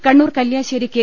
Kannur Kalliasseri K